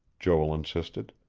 joel insisted.